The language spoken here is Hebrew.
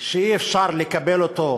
שאי-אפשר לקבל אותו,